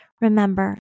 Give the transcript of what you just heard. Remember